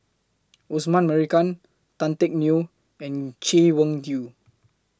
Osman Merican Tan Teck Neo and Chay Weng Yew